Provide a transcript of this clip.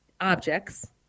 objects